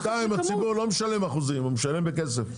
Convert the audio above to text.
בינתיים הציבור לא משלם אחוזים, הוא משלם בכסף.